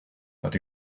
that